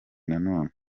nanone